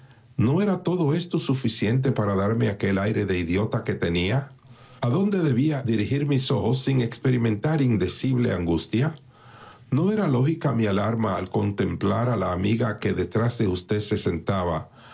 no era todo esto suficiente para darme aquel aire de idiota que tenía adónde debía dirigir mis ojos sin experimentar indecible angustia no era lógica mi alarma al contemplar a la amiga que detrás de usted se sentaba